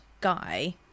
guy